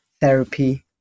Therapy